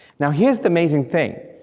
now here's the amazing thing,